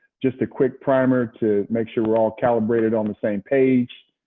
just a quick primer to make sure we're all calibrated on the same page.